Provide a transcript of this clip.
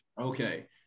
okay